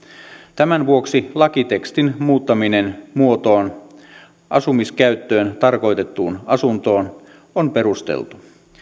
tämän vuoksi lakitekstin muuttaminen muotoon asumiskäyttöön tarkoitettuun asuntoon on perusteltu